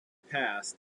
passed